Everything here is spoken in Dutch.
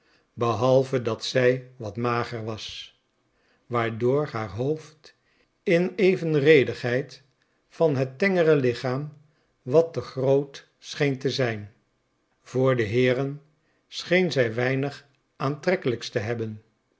behalve dat zij wat mager was waardoor haar hoofd in evenredigheid van het tengere lichaam wat te groot scheen te zijn voor de heeren scheen zij weinig aantrekkelijks te hebben